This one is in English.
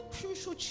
crucial